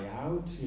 out